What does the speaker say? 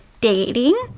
dating